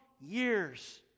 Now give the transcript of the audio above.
years